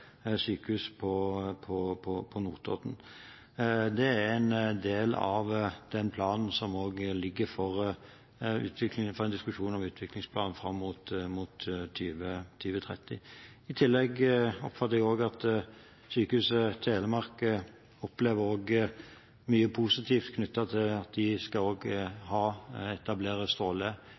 sykehus på Notodden. Det er en del av den planen som også foreligger for en diskusjon om utviklingsplanen fram mot 2030. I tillegg oppfatter jeg at Sykehuset Telemark også opplever mye positivt knyttet til at de skal etablere stråleenheten for den delen av landet, noe som har vært en viktig sak og